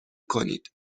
کنید